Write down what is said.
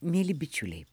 mieli bičiuliai